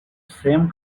same